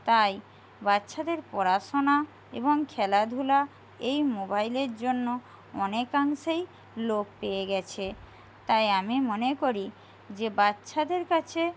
তাই বাচ্চাদের পড়াশোনা এবং খেলাধুলা এই মোবাইলের জন্য অনেকাংশেই লোপ পেয়ে গেছে তাই আমি মনে করি যে বাচ্চাদের কাছে